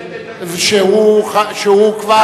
שהוא כבר,